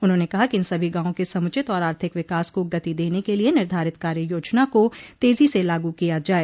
उन्होंने कहा कि इन सभी गांवों के समुचित और आर्थिक विकास को गति देने के लिये निर्धारित कार्य योजना को तेजो से लागू किया जाये